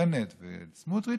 ובנט וסמוטריץ,